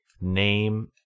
name